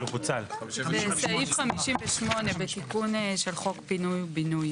סעיף 58 בתיקון חוק פינוי בינוי.